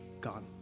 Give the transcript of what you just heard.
gone